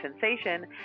sensation